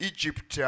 Egypt